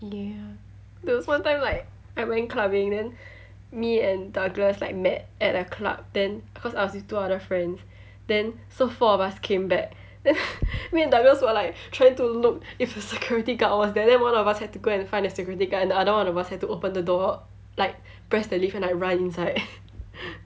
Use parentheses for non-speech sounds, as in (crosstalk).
ya there was one time like I went clubbing then me and douglas like met at a club then cause I was with two other friends then so four of us came back then (laughs) me and douglas were like trying to look if the security guard was there then one of us had to go and find the security guard then the other one of us had to open the door like press the lift and like run inside (laughs)